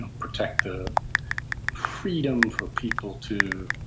and protect the freedom for people to,